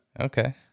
Okay